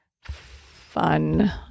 fun